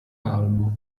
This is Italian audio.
calmo